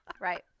Right